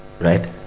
Right